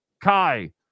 Kai